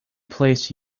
placed